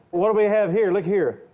what do we have here? look here.